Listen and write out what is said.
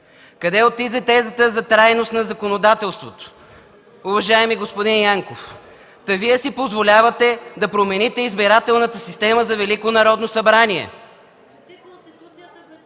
Къде отиде тезата за трайност на законодателството? Уважаеми господин Янков, та Вие си позволявате да промените избирателната система за